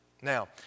Now